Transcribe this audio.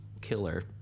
killer